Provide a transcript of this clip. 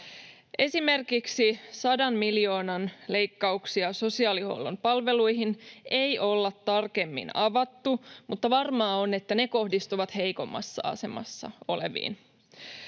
Esimerkiksi 100 miljoonan leikkauksia sosiaalihuollon palveluihin ei olla tarkemmin avattu, mutta varmaa on, että ne kohdistuvat heikommassa asemassa oleviin.